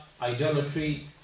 idolatry